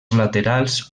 laterals